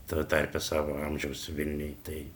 tame tarpe savo amžiaus vilniuj tai